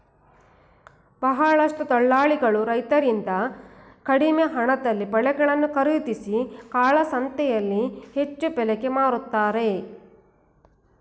ಬಹಳಷ್ಟು ದಲ್ಲಾಳಿಗಳು ರೈತರಿಂದ ಕಡಿಮೆ ಹಣದಲ್ಲಿ ಬೆಳೆಗಳನ್ನು ಖರೀದಿಸಿ ಕಾಳಸಂತೆಯಲ್ಲಿ ಹೆಚ್ಚು ಬೆಲೆಗೆ ಮಾರುತ್ತಾರೆ